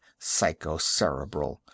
psychocerebral